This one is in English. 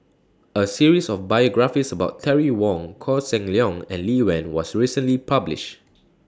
A series of biographies about Terry Wong Koh Seng Leong and Lee Wen was recently published